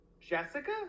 jessica